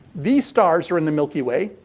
these stars are in the milky way.